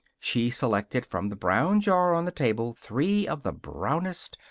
she selected from the brown jar on the table three of the brownest,